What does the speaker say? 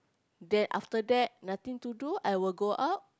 then after that nothing to do I will go out